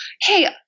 hey